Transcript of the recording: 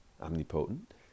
omnipotent